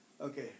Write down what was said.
Okay